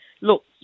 look